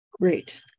Great